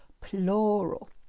plural